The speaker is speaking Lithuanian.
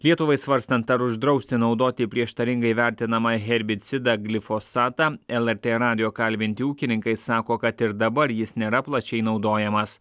lietuvai svarstant ar uždrausti naudoti prieštaringai vertinamą herbicidą glifosatą lrt radijo kalbinti ūkininkai sako kad ir dabar jis nėra plačiai naudojamas